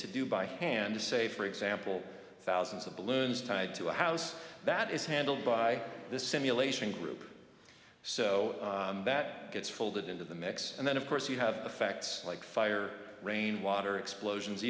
to do by hand say for example thousands of balloons tied to a house that is handled by this simulation group so that gets folded into the mix and then of course you have effects like fire rain water explosions